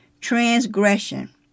transgression